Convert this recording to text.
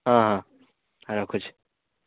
ହଁ ହଁ ହଁ ରଖୁଛି